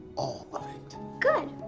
all of it. good.